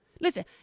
Listen